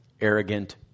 arrogant